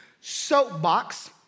Soapbox